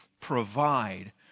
provide